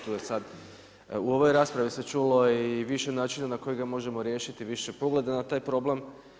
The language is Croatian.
Tu je sad u ovoj raspravi se čulo i više načina na koji ga možemo riješiti, više pogleda na taj problem.